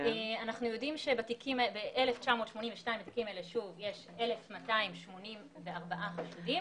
אנחנו יודעים שב-1,982 התיקים האלה יש 1,284 חשודים.